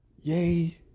yay